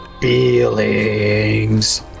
Feelings